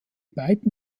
beiden